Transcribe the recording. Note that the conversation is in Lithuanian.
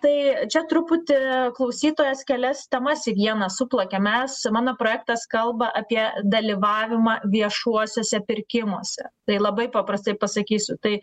tai čia truputį klausytojas kelias temas į vieną suplakė mes mano projektas kalba apie dalyvavimą viešuosiuose pirkimuose tai labai paprastai pasakysiu tai